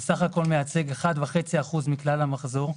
מייצג בסך הכול 1.5% מכלל המחזור,